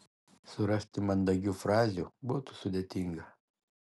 surasti mandagių frazių būtų sudėtinga